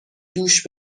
دوش